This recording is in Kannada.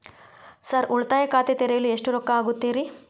ಸರ್ ಉಳಿತಾಯ ಖಾತೆ ತೆರೆಯಲು ಎಷ್ಟು ರೊಕ್ಕಾ ಆಗುತ್ತೇರಿ?